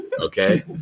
Okay